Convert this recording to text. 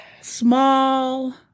small